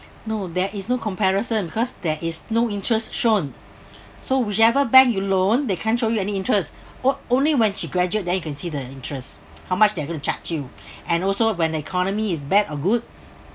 no there is no comparison because there is no interest shown so whichever bank you loan they can't show you any interest o~ only when she graduate then you can see the interest how much they're going to charge you and also when the economy is bad or good